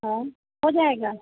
हाँ हो जाएगा